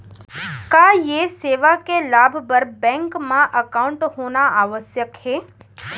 का ये सेवा के लाभ बर बैंक मा एकाउंट होना आवश्यक हे